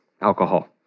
alcohol